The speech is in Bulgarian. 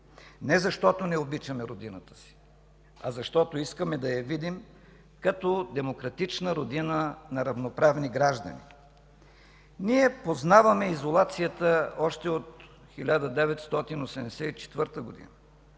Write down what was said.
не защото не обичаме родината си, а защото искаме да я видим като демократична родина на равноправни граждани. Ние познаваме изолацията още от 1984 г.